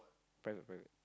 private private